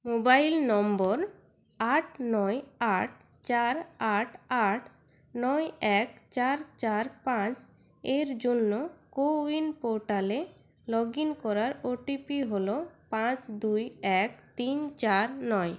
mobile number আট নয় আট চার আট আট নয় এক চার চার পাঁচ এর জন্য কোউইন পোর্টালে লগ ইন করার ওটিপি হল পাঁচ দুই এক তিন চার নয়